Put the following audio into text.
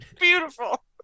Beautiful